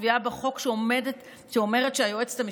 קביעה בחוק שאומרת שהיועצת המשפטית,